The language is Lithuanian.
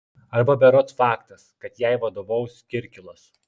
arba berods faktas kad jai vadovaus kirkilas